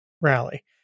rally